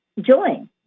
join